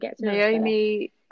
Naomi